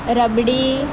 rabri